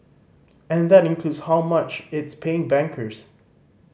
and that includes how much it's paying bankers